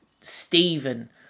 Stephen